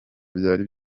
byari